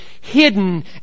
hidden